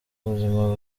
ubuzima